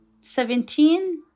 seventeen